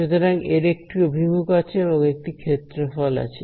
সুতরাং এর একটি অভিমুখ আছে এবং একটি ক্ষেত্রফল আছে